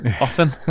often